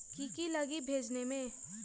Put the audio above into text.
की की लगी भेजने में?